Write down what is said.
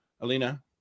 Alina